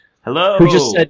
Hello